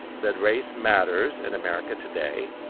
that race matters in america today,